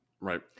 Right